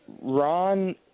Ron